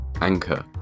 Anchor